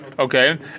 Okay